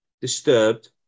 Disturbed